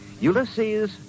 Ulysses